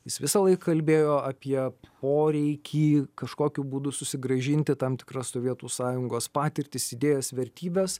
jis visąlaik kalbėjo apie poreikį kažkokiu būdu susigrąžinti tam tikras sovietų sąjungos patirtis idėjas vertybes